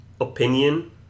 opinion